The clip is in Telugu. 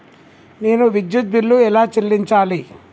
నేను విద్యుత్ బిల్లు ఎలా చెల్లించాలి?